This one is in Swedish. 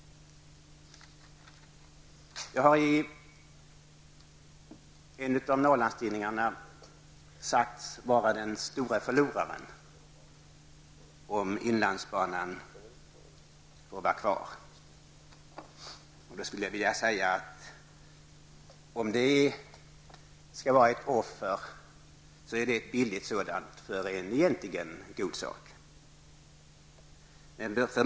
Jag har i en av Norrlandstidningarna sagts vara den stora förloraren, om inlandsbanan får vara kvar. Om detta skall vara ett offer, så är det ett billigt sådant för en egentligen god sak.